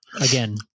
again